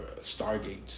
Stargates